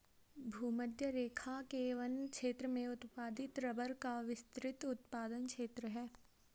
भूमध्यरेखा के वन क्षेत्र में उत्पादित रबर का विस्तृत उत्पादन क्षेत्र है